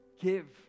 give